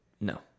No